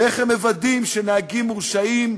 ואיך הם מוודאים שנהגים מורשעים,